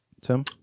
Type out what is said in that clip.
Tim